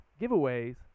giveaways